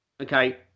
Okay